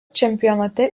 čempionate